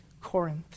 Corinth